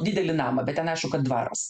didelį namą bet ten aišku kad dvaras